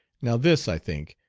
now this, i think,